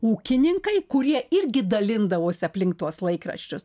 ūkininkai kurie irgi dalindavosi aplink tuos laikraščius